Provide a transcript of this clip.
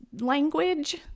language